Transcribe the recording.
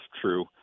true